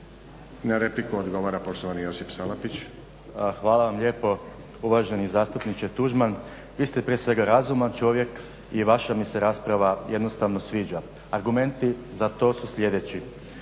Na repliku odgovara poštovani Josip Salapić. **Salapić, Josip (HDSSB)** Hvala vam lijepo uvaženi zastupniče Tuđman. Vi ste prije svega razuman čovjek i vaša mi se rasprava jednostavno sviđa. Argumenti za to su sljedeći: